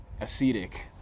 ascetic